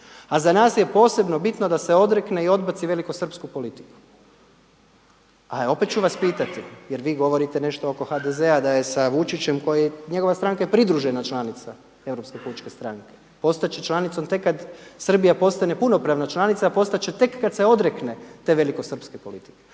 A za nas je posebno bitno da se odrekne i odbaci velikosrpsku politiku. A opet ću vas pitati jer vi govorite nešto oko HDZ-a da je sa Vučićem koji, njegova stranka je pridružena članica Europske pučke stranke, postat će članicom tek kada Srbija postane punopravna članica, a postat će tek kada se odrekne te velikosrpske politike.